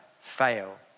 fail